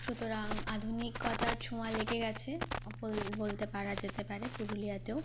সুতরাং আধুনিকতার ছোঁয়া লেগে গেছে বল বলতে পারা যেতে পারে পুরুলিয়াতেও